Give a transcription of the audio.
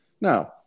Now